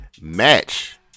match